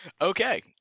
Okay